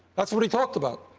that's what he talked about,